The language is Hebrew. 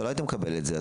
אתה לא היית מקבל את זה.